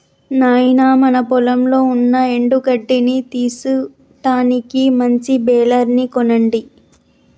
నాయినా మన పొలంలో ఉన్న ఎండు గడ్డిని తీసుటానికి మంచి బెలర్ ని కొనండి